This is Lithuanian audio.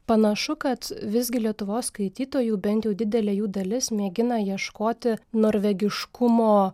panašu kad visgi lietuvos skaitytojų bent jau didelė jų dalis mėgina ieškoti norvegiškumo